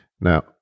Now